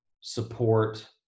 support